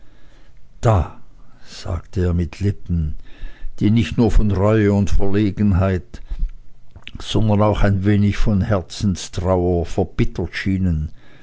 da sagte er mit lippen die nicht nur von reue und verlegenheit sondern auch ein wenig von herzenstrauer verbittert schienen